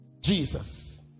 Jesus